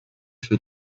für